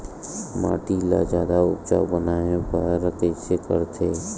माटी ला जादा उपजाऊ बनाय बर कइसे करथे?